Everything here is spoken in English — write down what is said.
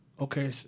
okay